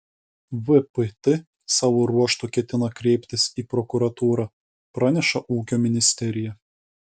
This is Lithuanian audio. vpt savo ruožtu ketina kreiptis į prokuratūrą praneša ūkio ministerija